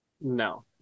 No